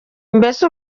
mbese